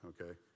okay